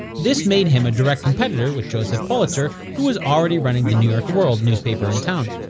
this made him a direct competitor with joseph pulitzer, who was already running the new york world newspaper in town.